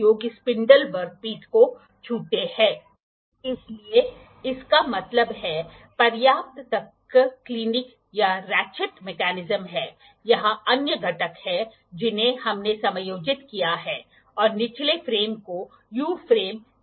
यहाँ एक वर्कपीस है तो यहाँ बेस है जिसके बारे में हमने बात की यहाँ प्रोट्रैक्टर है और यहाँ घुंडी है इसका उपयोग यहाँ स्लाइड करने के लिए किया जाता है